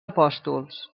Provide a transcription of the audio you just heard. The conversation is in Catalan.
apòstols